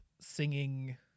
singing